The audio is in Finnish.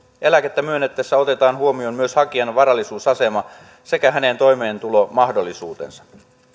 eläkettä myönnettäessä otetaan huomioon myös hakijan varallisuusasema sekä hänen toimeentulomahdollisuutensa